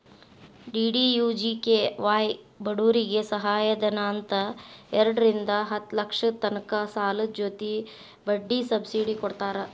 DDUGKY ಬಡೂರಿಗೆ ಸಹಾಯಧನ ಅಂತ್ ಎರಡರಿಂದಾ ಹತ್ತ್ ಲಕ್ಷದ ತನಕ ಸಾಲದ್ ಜೊತಿ ಬಡ್ಡಿ ಸಬ್ಸಿಡಿ ಕೊಡ್ತಾರ್